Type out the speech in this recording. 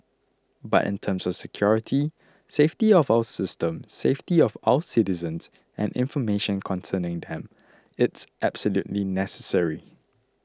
but in terms of security safety of our system safety of our citizens and information concerning them it's absolutely necessary